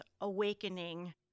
awakening